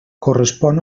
correspon